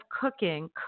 Cooking